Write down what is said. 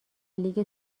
لیگ